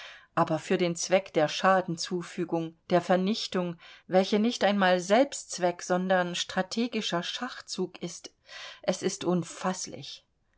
aber für den zweck der schadenzufügung der vernichtung welche nicht einmal selbstzweck sondern strategischer schachzug ist es ist unfaßlich